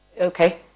Okay